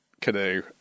canoe